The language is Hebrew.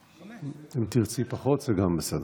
אם תרצי פחות, זה גם בסדר.